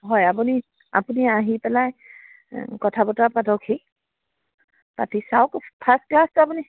হয় আপুনি আপুনি আহি পেলাই কথা বতৰা পাতকহি পাতি চাওক ফাৰ্ষ্ট ক্লাছটো আপুনি